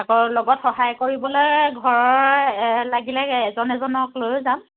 আকৌ লগত সহায় কৰিবলৈ ঘৰৰ লাগিলে এজন এজনক লৈ যাম